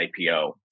IPO